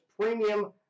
premium